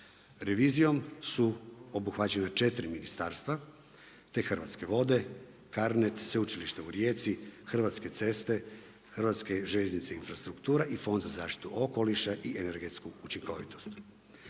Revizijom su obuhvaćena 4 ministarstva te Hrvatske vode, CARNET, Sveučilište u Rijeci, Hrvatske ceste, Hrvatske željeznice i infrastruktura i Fond za zaštitu okoliša i energetsku učinkovitost.